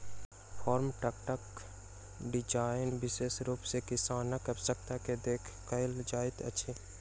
farm ट्रकक design विशेष रूप सॅ किसानक आवश्यकता के देखि कयल जाइत अछि